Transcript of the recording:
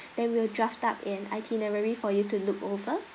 then we'll draft up in itinerary for you to look over